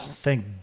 thank